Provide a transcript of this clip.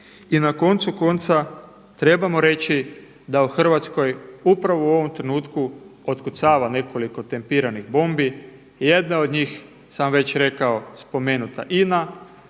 I na koncu konca trebamo reći da u Hrvatskoj upravo u ovom trenutku otkucava nekoliko tempiranih bombi. Jedna od njih sam već rekao spomenuta INA.